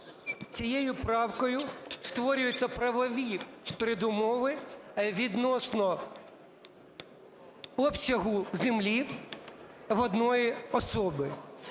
Цією правкою створюються правові передумови відносно обсягу землі в одної особи.